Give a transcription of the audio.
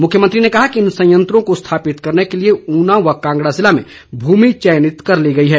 मुख्यमंत्री ने कहा कि इन सयंत्रों को स्थापित करने के लिए ऊना व कांगड़ा जिले में भूमि चयनित कर ली गई है